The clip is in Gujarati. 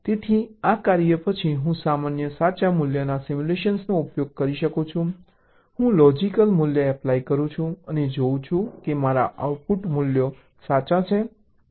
તેથી આ કર્યા પછી હું સામાન્ય સાચા મૂલ્યના સિમ્યુલેશનનો ઉપયોગ કરી શકું છું હું લોજીક મૂલ્ય એપ્લાય કરું છું અને જોઉં છું કે મારા આઉટપુટ મૂલ્યો સાચા છે